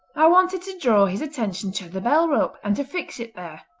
i wanted to draw his attention to the bell rope, and to fix it there.